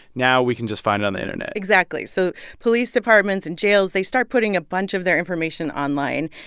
now we can just find it on the internet exactly. so police departments and jails, they start putting a bunch of their information online,